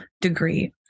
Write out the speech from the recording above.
degree